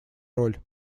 роль